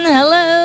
Hello